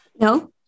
No